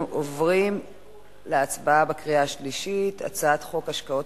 אנחנו עוברים להצבעה בקריאה שלישית על הצעת חוק השקעות